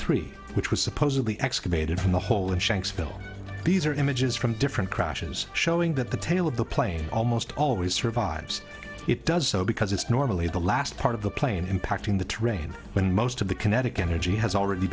three which was supposedly excavated from the hole in shanksville these are images from different crashes showing that the tail of the plane almost always survives it does so because it's normally the last part of the plane impacting the train when most of the kinetic energy has already